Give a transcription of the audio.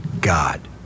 God